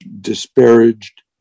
disparaged